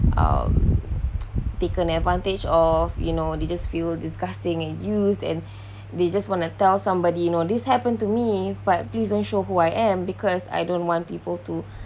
uh taken advantage of you know they just feel disgusting and used and they just want to tell somebody you know this happened to me but please doesn't show who I am because I don't want people to